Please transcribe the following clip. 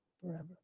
forever